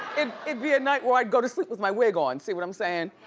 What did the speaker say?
and it'd be a night where i'd go to sleep with my wig on, see what i'm sayin'?